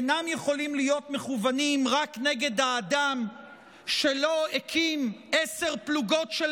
אינם יכולים להיות מכוונים רק נגד האדם שלא הקים עשר פלוגות של